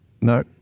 No